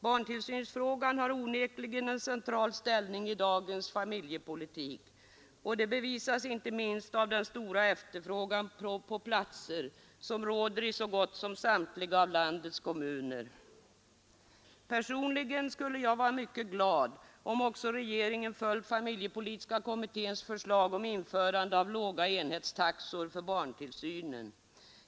Barntillsynsfrågan har onekligen en central ställning i dagens familjepolitik; det bevisas inte minst av den stora efterfrågan på platser som råder i så gott som samtliga av landets kommuner. Personligen skulle jag vara mycket glad om också regeringen följt familjepolitiska kommitténs förslag om införande av låga enhetstaxor för barntillsynen.